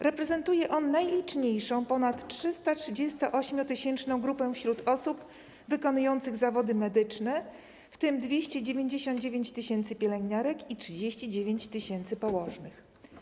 Reprezentuje on najliczniejszą, ponad 338-tysięczną grupę wśród osób wykonujących zawody medyczne, w tym 299 tys. pielęgniarek i 39 tys. położnych.